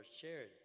charity